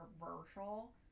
controversial